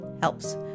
helps